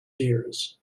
ears